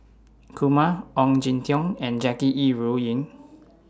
Kumar Ong Jin Teong and Jackie Yi Ru Ying